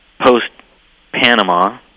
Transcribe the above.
post-Panama